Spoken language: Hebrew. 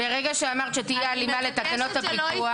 ברגע שאמרת שתהיה הלימה לתקנות הפיקוח